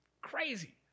Crazy